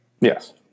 Yes